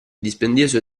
dispendioso